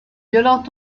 violente